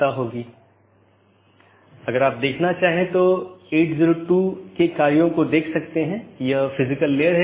जब एक BGP स्पीकरों को एक IBGP सहकर्मी से एक राउटर अपडेट प्राप्त होता है तो प्राप्त स्पीकर बाहरी साथियों को अपडेट करने के लिए EBGP का उपयोग करता है